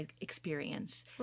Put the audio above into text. experience